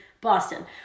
Boston